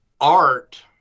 art